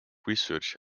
research